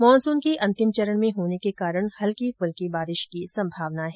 monsoon के अंतिम चरण में होने के कारण हल्की फुल्की बारिश की संभावना है